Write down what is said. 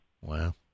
Wow